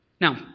Now